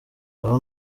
ngaho